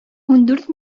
ундүрт